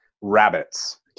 rabbits